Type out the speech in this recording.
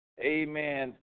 Amen